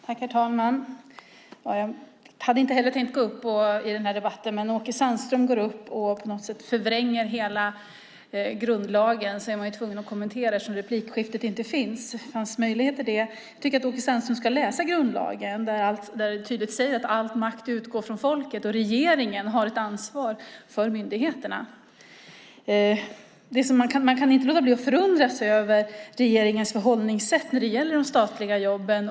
Herr talman! Jag hade inte heller tänkt gå upp i denna debatt. Men Åke Sandström går upp och förvränger på något sätt hela grundlagen. Jag är tvungen att kommentera det eftersom det inte finns möjlighet för tidigare talare att kommentera det. Jag tycker att Åke Sandström ska läsa grundlagen där det tydligt sägs att all makt utgår från folket och att regeringen har ett ansvar för myndigheterna. Man kan inte låta bli att förundras över regeringens förhållningssätt när det gäller de statliga jobben.